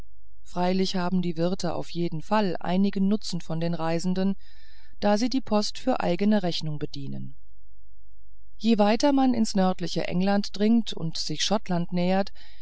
freilich haben die wirte auf jeden fall einigen nutzen von den reisenden da sie die post für eigene rechnung bedienen je weiter man in's nördliche england dringt und sich schottland nähert